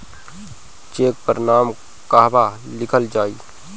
Check पर नाम कहवा लिखल जाइ?